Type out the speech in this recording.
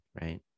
right